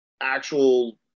actual